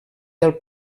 del